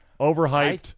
overhyped